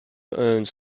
owns